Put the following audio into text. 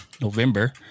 November